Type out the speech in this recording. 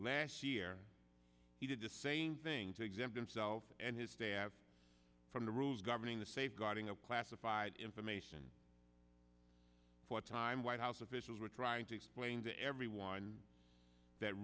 last year he did the same things exempt themselves and his staff from the rules governing the safeguarding of classified information for a time white house officials were trying to explain to everyone that